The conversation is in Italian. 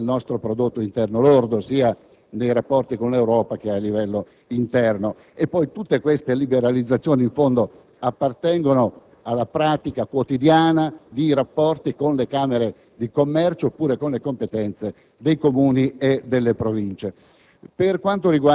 il problema del nostro prodotto interno lordo sia nei rapporti con l'Europa che a livello interno. E poi, tutte queste liberalizzazioni, in fondo, appartengono alla pratica quotidiana dei rapporti con le camere di commercio, oppure alle competenze dei Comuni e delle Province.